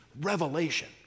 revelation